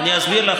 אסביר לך,